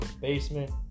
basement